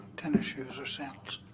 tennis shoes or sandals.